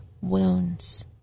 wounds